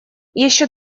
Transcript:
еще